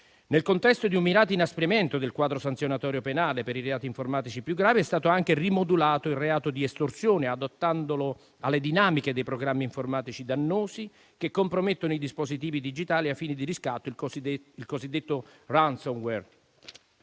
Nel contesto di un mirato inasprimento del quadro sanzionatorio penale per i reati informatici più gravi, è stato anche rimodulato il reato di estorsione, adattandolo alle dinamiche dei programmi informatici dannosi che compromettono i dispositivi digitali a fini di riscatto, il cosiddetto *ransomware*.